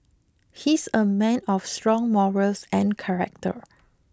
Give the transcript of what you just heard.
he's a man of strong morals and character